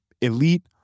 elite